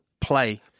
play